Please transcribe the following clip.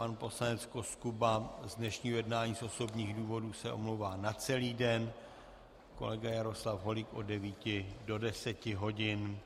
Pan poslanec Koskuba z dnešního jednání z osobních důvodů se omlouvá na celý den, kolega Jaroslav Holík od 9 do 10 hodin.